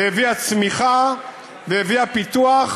והביאה צמיחה והביאה פיתוח.